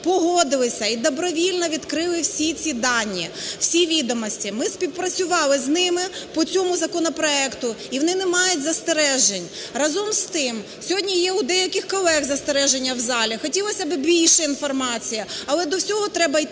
погодилися і добровільно відкрили всі ці дані, всі відомості, ми співпрацювали з ними по цьому законопроекту, і вони не мають застережень. Разом з тим, сьогодні є у деяких колег застереження в залі, хотілося б більше інформації, але до всього треба йти